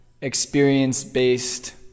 experience-based